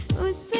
who's